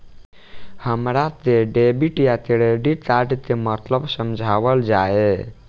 हमरा के डेबिट या क्रेडिट कार्ड के मतलब समझावल जाय?